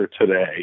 today